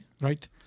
Right